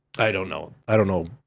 i don't know, i don't know